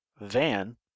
van